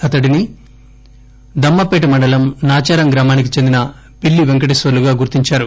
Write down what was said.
అతడిని దమ్మాపేట్ మండలం నాచారం గ్రామానికి చెందిన పిల్లి వెంకటేశ్వర్ణుగా గర్తించారు